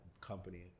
company